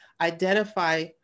identify